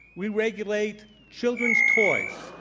we regulate children's toys.